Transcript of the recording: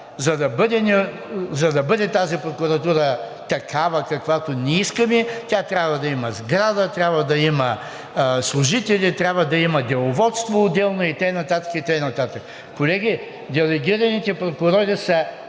„За да бъде тази прокуратура такава, каквато ние искаме, тя трябва да има сграда, трябва да има служители, трябва да има отделно деловодство…“ и така нататък, и така нататък. Колеги, делегираните прокурори са